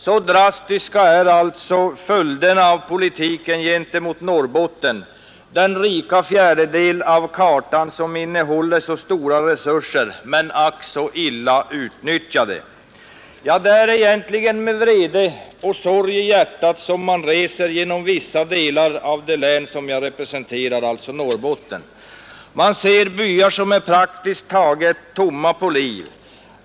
Så drastiska är alltså följderna av politiken gentemot Norrbotten, den rika fjärdedel av landet som innehåller så stora resurser men ack så illa utnyttjade. Det är egentligen med vrede och sorg i hjärtat som man reser genom vissa delar av det län jag representerar, alltså Norrbotten. Man ser byar som är praktiskt taget tomma på liv.